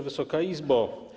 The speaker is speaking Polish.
Wysoka Izbo!